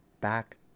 back